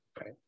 right